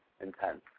intense